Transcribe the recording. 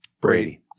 Brady